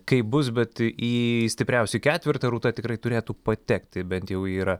kaip bus bet į stipriausių ketvertą rūta tikrai turėtų patekti bent jau yra